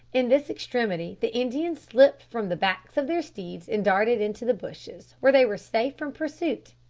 in this extremity the indians slipped from the backs of their steeds and darted into the bushes, where they were safe from pursuit,